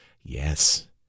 Yes